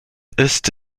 ist